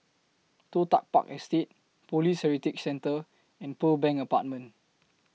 Toh Tuck Park Estate Police Heritage Centre and Pearl Bank Apartment